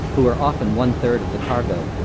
who were often one-third of the cargo.